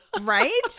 Right